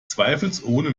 zweifelsohne